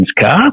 car